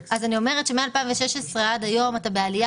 אז אני אומרת שמ-2016 עד היום אתה בעלייה